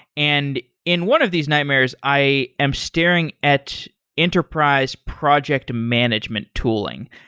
and in one of these nightmares, i am staring at enterprise project management tooling.